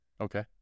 okay